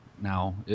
now